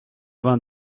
vingt